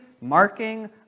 marking